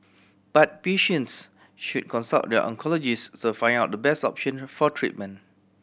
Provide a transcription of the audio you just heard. but patients should consult their oncologist to find out the best option for treatment